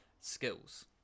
skills